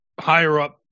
higher-up